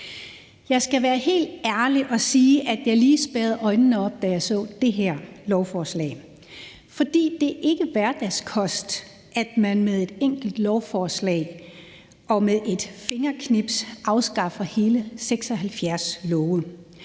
Jeg skal være helt ærlig og sige, at jeg lige spærrede øjnene op, da jeg så det her lovforslag, for det er ikke hverdagskost, at man med et enkelt lovforslag og med et fingerknips afskaffer hele 76 love.